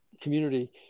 community